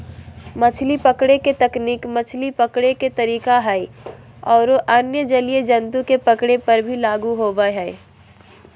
मछली पकड़े के तकनीक मछली पकड़े के तरीका हई आरो अन्य जलीय जंतु के पकड़े पर भी लागू होवअ हई